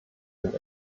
den